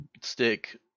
stick